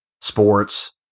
sports